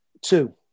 Two